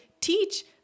teach